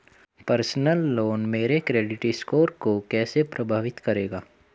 Personal loan मेरे credit score को कैसे प्रभावित करेगा?